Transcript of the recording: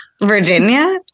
Virginia